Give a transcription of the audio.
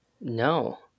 No